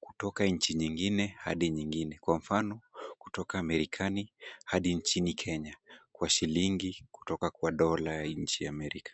kutoka nchi nyingine hadi nyingine, kwa mfano, kutoka Amerikani hadi nchini Kenya, kwa shilingi kutoka kwa dola ya nchi ya Amerika.